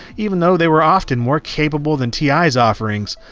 even though they were often more capable than ti's offerings.